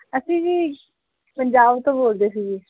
ਅਸੀਂ ਜੀ ਪੰਜਾਬ ਤੋਂ ਬੋਲਦੇ ਸੀ ਜੀ